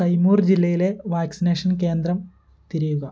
കൈമൂർ ജില്ലയിലെ വാക്സിനേഷൻ കേന്ദ്രം തിരയുക